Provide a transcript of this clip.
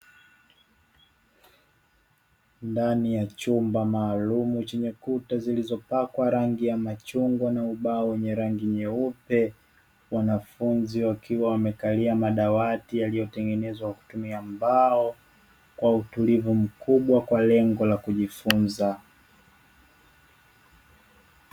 Ndani ya chumba maalum chenye kuta zilizopakwa rangi ya machungwa na ubao wenye rangi nyeupe, wanafunzi wakiwa wamekalia madawati yaliyotengenezwa kwa kutumia mbao kwa utulivu mkubwa kwa lengo la kujifunza.